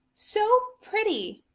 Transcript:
so pretty!